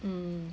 mm